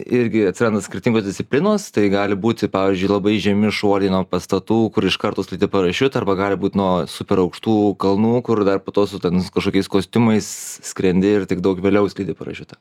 irgi atsiranda skirtingos disciplinos tai gali būti pavyzdžiui labai žemi šuoliai nuo pastatų kur iš karto skleidi parašiutą arba gali būt nuo superaukštų kalnų kur dar po to su tenais kažkokiais kostiumais skrendi ir tik daug vėliau skleidi parašiutą